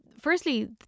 firstly